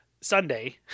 Sunday